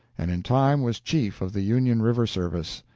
and in time was chief of the union river-service.